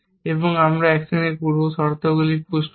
এবং আমরা অ্যাকশনের পূর্ব শর্তগুলি পুশ করি